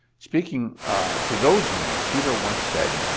speaking to those men, peter once said